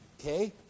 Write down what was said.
okay